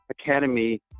Academy